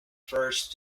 first